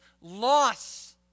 loss